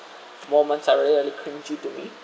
moments are really really cringey to me